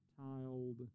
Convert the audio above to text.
tiled